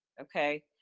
Okay